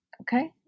Okay